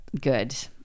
Good